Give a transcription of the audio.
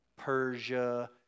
Persia